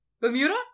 Bermuda